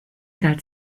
galt